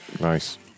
Nice